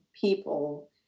people